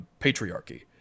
patriarchy